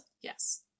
Yes